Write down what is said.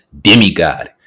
Demigod